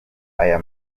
aya